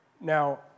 Now